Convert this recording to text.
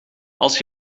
als